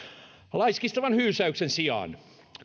laiskistavan hyysäyksen sijaan